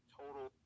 total